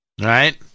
Right